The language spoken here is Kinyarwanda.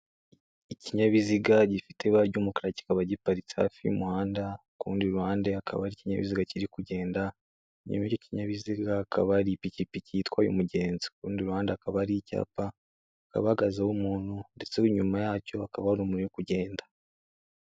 Ikinyabiziga gifite ibara ry'umukara kikaba giparitse hafi y'umuhanda kurundi ruhande hakaba hari ikinyabiziga kiri kugenda, nyuma yicyo kinyabiziga hakaba hari ipikipiki itwaye umugenzi kurundi ruhande akaba hakaba hari icyapa hakaba hahagazeho umuntu ndetse inyuma yacyo akaba hari umuwe ari kugenda.